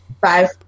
Five